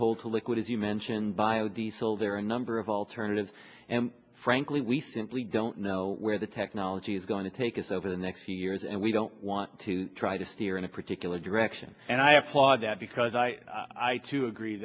coal to liquid as you mentioned bio diesel there are a number of alternatives and frankly we simply don't know where the technology is going to take us over the next few years and we don't want to try to steer in a particular direction and i applaud that because i i too agree